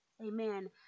Amen